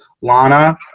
Lana